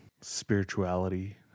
spirituality